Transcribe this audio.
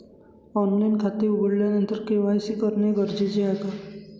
Online खाते उघडल्यानंतर KYC करणे गरजेचे आहे का?